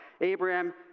Abraham